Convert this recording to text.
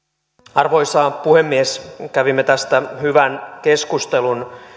arvoisa puhemies kävimme tästä hyvän keskustelun